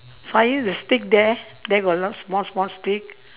fire the stick there there a lot of small small stick